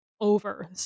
over